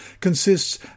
consists